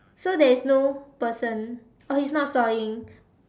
so there is no person oh he is not sawing